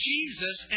Jesus